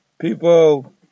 people